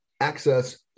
access